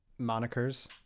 Monikers